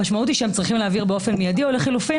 המשמעות היא שהם צריכים להעביר באופן מידי או לחילופין